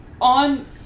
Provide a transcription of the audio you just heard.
on